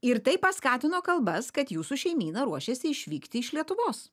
ir tai paskatino kalbas kad jūsų šeimyna ruošėsi išvykti iš lietuvos